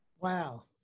Wow